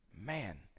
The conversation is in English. Man